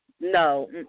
No